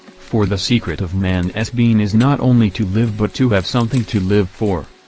for the secret of man s being is not only to live but to have something to live for.